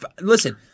Listen